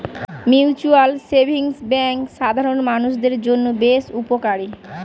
mutual savings bank সাধারণ মানুষদের জন্য বেশ উপকারী